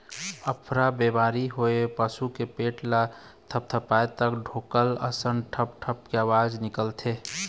अफरा बेमारी होए पसू के पेट ल थपथपाबे त ढोलक असन ढप ढप के अवाज निकलथे